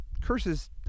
curses